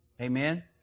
Amen